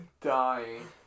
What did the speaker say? dying